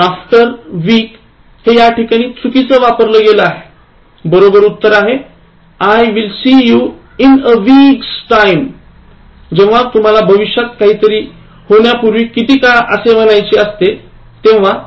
After week हे याठिकाणी चुकीचं वापरलं आहे बरोबर उत्तर आहे I will see you in a week's time जेव्हा तुम्हाला भविष्यात काहीतरी होण्यापूर्वी किती काळ असे म्हणायचे असते तेव्हा